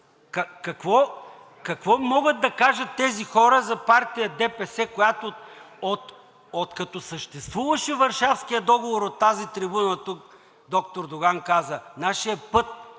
Какво могат да кажат тези хора за партия ДПС, която, докато съществуваше Варшавският договор, от тази трибуна тук доктор Доган каза: „Нашият път